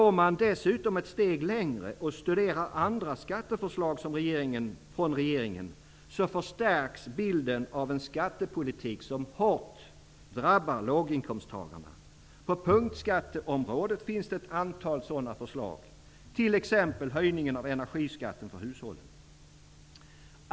Går man dessutom ett steg längre och studerar andra skatteförslag från regeringen, förstärks bilden av en skattepolitik som hårt drabbar låginkomsttagarna. På punktskatteområdet finns det ett antal sådana förslag, t.ex. höjningen av energiskatten för hushållen.